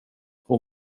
hon